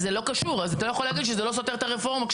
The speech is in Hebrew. זה לא משנה,